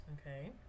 okay